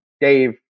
Dave